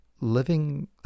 living